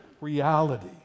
reality